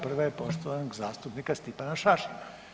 Prva je poštovanog zastupnika Stipana Šašlina.